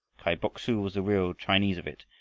kai bok-su was the real chinese of it,